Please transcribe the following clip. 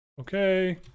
okay